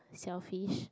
selfish